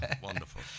wonderful